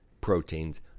proteins